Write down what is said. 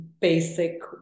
basic